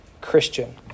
Christian